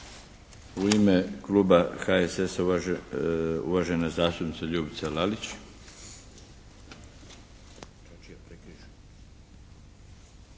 U ime kluba HSS-a, uvažena zastupnica Ljubica Lalić.